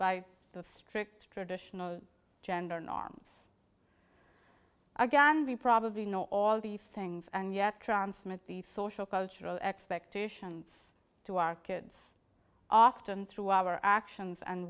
by the strict traditional gender norms again we probably know all these things and yet transmit the social cultural expectations to our kids often through our actions and